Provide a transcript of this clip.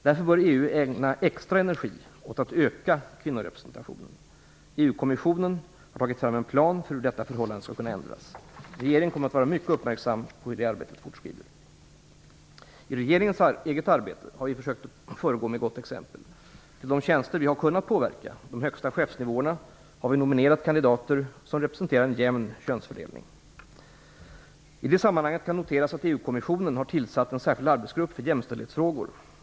Därför bör EU ägna extra energi åt att öka kvinnorepresentationen. EU-kommissionen har tagit fram en plan för hur dessa förhållanden skall kunna ändras. Regeringen kommer att vara mycket uppmärksam på hur det arbetet fortskrider. I regeringens eget arbete har vi försökt att föregå med gott exempel. Till de tjänster vi har kunnat påverka - de högsta chefsnivåerna - har vi nominerat kandidater som representerar en jämn könsfördelning. I det sammanhanget kan noteras att EU-kommissionen har tillsatt en särskild arbetsgrupp för jämställdhetsfrågor.